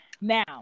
Now